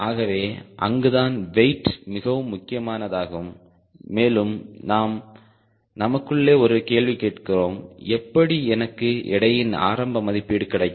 ஆகவே அங்குதான் வெயிட் மிகவும் முக்கியமானதாகும் மேலும் நாம் நமக்குள்ளே ஒரு கேள்வி கேட்கிறோம் எப்படி எனக்கு எடையின் ஆரம்ப மதிப்பீடு கிடைக்கும்